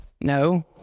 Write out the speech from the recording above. No